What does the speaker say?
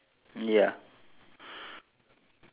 very dark grey and two light grey